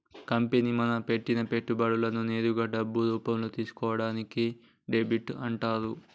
company మనం పెట్టిన పెట్టుబడులను నేరుగా డబ్బు రూపంలో తీసుకోవడాన్ని డెబ్ట్ అంటరు